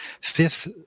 fifth